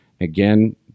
Again